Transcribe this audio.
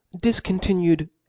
discontinued